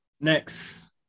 Next